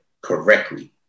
correctly